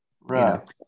Right